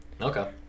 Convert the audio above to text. Okay